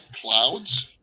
clouds